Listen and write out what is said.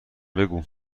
بگو